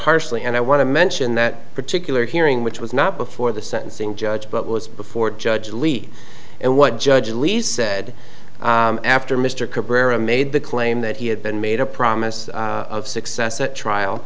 harshly and i want to mention that particular hearing which was not before the sentencing judge but was before judge lee and what judge least said after mr cabrera made the claim that he had been made a promise of success at trial